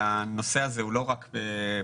הנושא הזה הוא לא רק פרקטיקה,